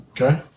Okay